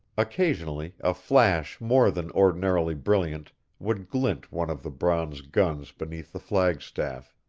occasionally a flash more than ordinarily brilliant would glint one of the bronze guns beneath the flag-staff.